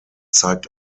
zeigt